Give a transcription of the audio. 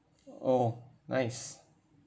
oh nice